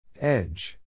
Edge